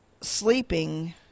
sleeping